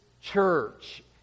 church